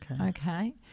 okay